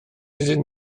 ydyn